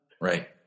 Right